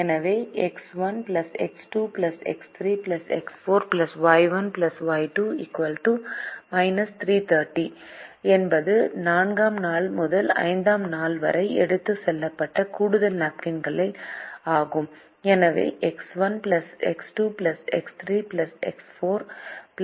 எனவே X 1 X 2 X 3 X 4 Y 1 Y 2−330 X1X2X3X4Y1Y 2−330 என்பது 4 ஆம் நாள் முதல் 5 ஆம் நாள் வரை எடுத்துச் செல்லப்படும் கூடுதல் நாப்கின்கள் ஆகும்